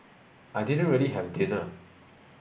I didn't really have dinner